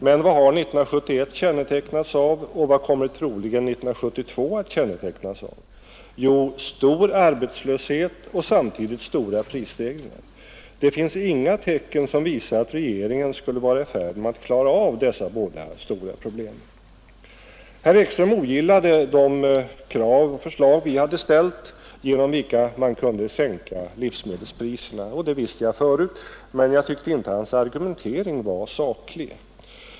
Men vad har 1971 kännetecknats av och vad kommer troligen 1972 att kännetecknas av? Jo, av stor arbetslöshet och samtidigt stora prisstegringar. Det finns inga tecken som visar att regeringen skulle vara i färd med att klara av dessa båda stora problem. Herr Ekström ogillade de förslag vi hade ställt, genom vilka man kunde sänka livsmedelspriserna. Det visste jag förut, men jag tyckte inte att hans argumentering var saklig.